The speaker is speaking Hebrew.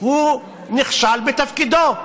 נכשל בתפקידו,